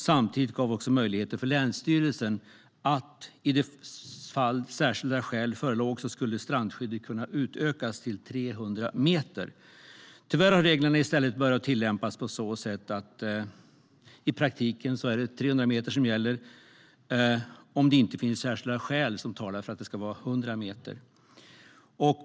Samtidigt gavs möjligheter för länsstyrelserna att, i de fall särskilda skäl föreligger, utöka strandskyddet upp till 300 meter. Tyvärr har reglerna i stället börjat tillämpas på så sätt att det i praktiken är 300 meter som gäller om det inte finns särskilda skäl som talar för att det ska vara 100 meter.